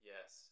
Yes